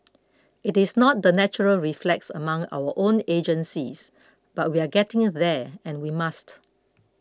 it is not the natural reflex among our own agencies but we are getting there and we must